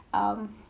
um